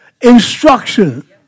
Instruction